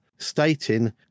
stating